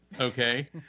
okay